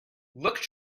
look